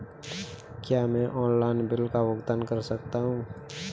क्या मैं online bill का भुगतान कर सकता हूँ?